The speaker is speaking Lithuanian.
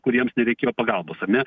kuriems nereikėjo pagalbos ar ne